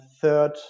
third